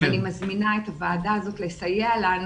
אני מזמינה את הוועדה הזאת לסייע לנו